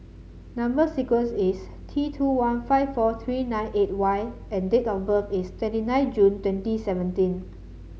number sequence is T two one five four three nine eight Y and date of birth is twenty nine June twenty seventeen